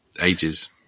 ages